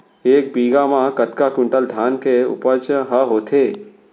एक बीघा म कतका क्विंटल धान के उपज ह होथे?